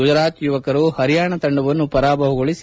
ಗುಜರಾತ್ನ ಯುವಕರು ಪರಿಯಾಣದ ತಂಡವನ್ನು ಪರಾಭವಗೊಳಿಸಿ